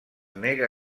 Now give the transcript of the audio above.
nega